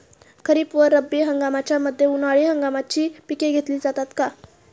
खरीप व रब्बी हंगामाच्या मध्ये उन्हाळी हंगामाची पिके घेतली जातात का?